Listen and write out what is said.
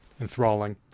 enthralling